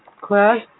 class